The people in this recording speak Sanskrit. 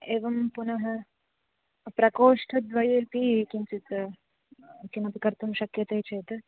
एवं पुनः प्रकोष्ठद्वयेपि किञ्चित् किमपि कर्तुं शक्यते चेत्